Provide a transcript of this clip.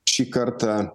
šį kartą